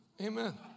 Amen